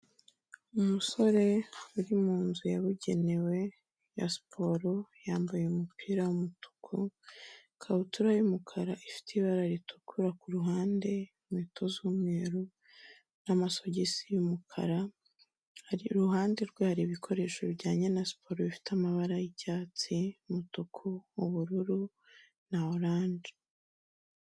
Umusore uri mu nzu yabugenewe ya siporo, yambaye umupira w'umutuku, ikabutura y'umukara ifite ibara ritukura ku ruhande, inkweto z'umweru n'amasogisi y'umukara, iruhande rwe hari ibikoresho bijyanye na siporo bifite amabara y'icyatsi, umutuku, ubururu na oranje.